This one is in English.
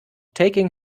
taking